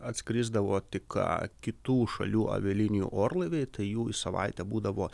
atskrisdavo tik kitų šalių avialinijų orlaiviai tai jų į savaitę būdavo